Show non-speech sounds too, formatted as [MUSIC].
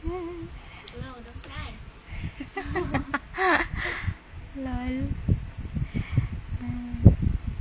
[LAUGHS]